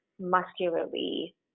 muscularly